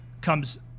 comes